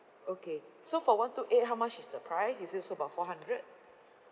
okay so for one two eight how much is the price is its about four hundred